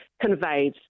conveyed